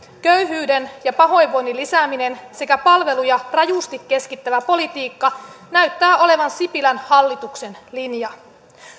köyhyyden ja pahoinvoinnin lisääminen sekä palveluja rajusti keskittävä politiikka näyttää olevan sipilän hallituksen linja